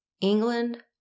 England